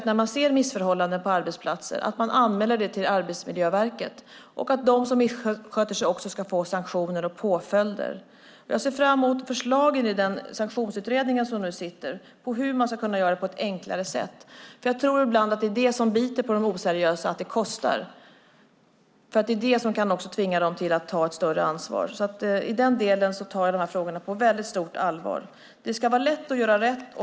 När man ser missförhållanden på arbetsplatser ska man anmäla det till Arbetsmiljöverket, och de som missköter sig ska få sanktioner och påföljder. Jag ser fram mot förslagen i den sanktionsutredning som nu sitter om hur man ska kunna göra det på ett enklare sätt. Jag tror ibland att det som biter på de oseriösa är att det kostar, att det är det som kan tvinga dem att ta ett större ansvar. I den delen tar jag de här frågorna på väldigt stort allvar. Det ska vara lätt att göra rätt.